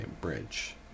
bridge